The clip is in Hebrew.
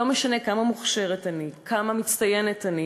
לא משנה כמה מוכשרת אני, כמה מצטיינת אני,